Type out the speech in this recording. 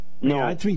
No